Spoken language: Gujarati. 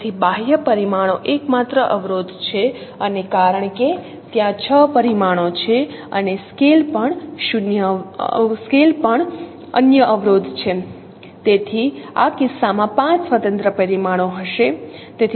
તેથી બાહ્ય પરિમાણો એકમાત્ર અવરોધ છે અને કારણ કે ત્યાં 6 પરિમાણો છે અને સ્કેલ પણ અન્ય અવરોધ છે તેથી આ કિસ્સામાં 5 સ્વતંત્ર પરિમાણો હશે